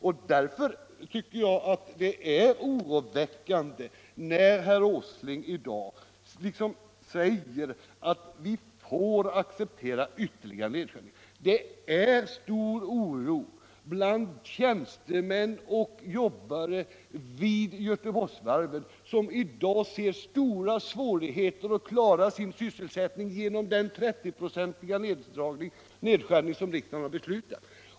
Jag tycker det är oroväckande när herr Åsling i dag säger att vi får acceptera ytterligare nedskärningar. Det råder stor oro bland tjänstemän och jobbare vid Göteborgsvarven. De har i dag stora svårigheter att klara sin sysselsättning genom den 30-procentiga nedskärning som riksdagen har beslutat.